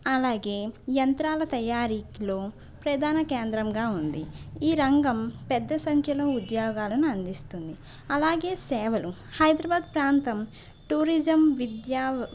అలాగే యంత్రాల తయారీలో ప్రధాన కేంద్రంగా ఉంది ఈ రంగం పెద్ద సంఖ్యలో ఉద్యోగాలను అందిస్తుంది అలాగే సేవలు హైదరాబాద్ ప్రాంతం టూరిజం విద్య